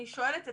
אני שואלת אתכם,